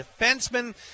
defenseman